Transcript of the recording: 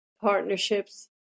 partnerships